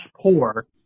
poor